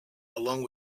along